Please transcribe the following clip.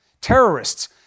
Terrorists